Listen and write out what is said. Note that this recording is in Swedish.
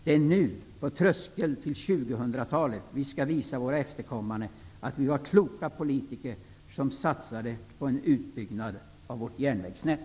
Det är nu, på tröskeln till 2 000-talet, som vi skall visa våra efterkommande att vi var kloka politiker som satsade på en utbyggnad av vårt järnvägsnät.